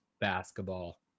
basketball